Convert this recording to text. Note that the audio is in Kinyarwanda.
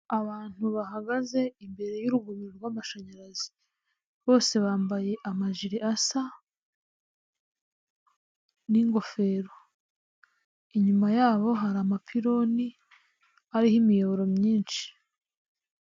Abantu bahagaze imbere y'urugomero rw'amashanyarazi bose bambaye amajiri asa n'ingofero, inyuma yabo hari amapironi ariho imiyoboro myinshi.